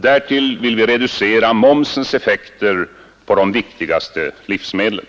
Därtill vill vi reducera momsens effekter på de viktigaste livsmedlen.